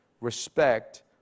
respect